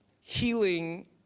healing